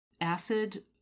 Acid